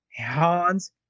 Hans